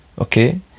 okay